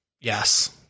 yes